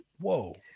Whoa